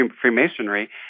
Freemasonry